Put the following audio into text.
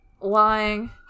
lying